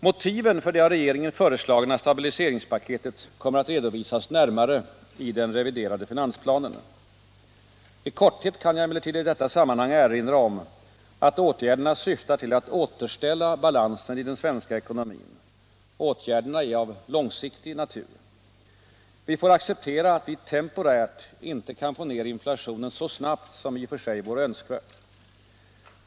Motiven för det av regeringen föreslagna stabiliseringspaketet kommer att redovisas närmare i den reviderade finansplanen. I korthet kan jag emellertid i detta sammanhang erinra om att åtgärderna syftar till att återställa balansen i den svenska ekonomin. Åtgärderna är av långsiktig natur. Vi får acceptera att vi temporärt inte kan få ner inflationen så snabbt som i och för sig vore önskvärt.